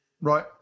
Right